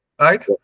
right